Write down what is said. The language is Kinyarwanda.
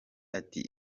ati